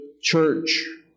church